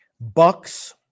Bucks